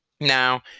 Now